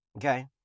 Okay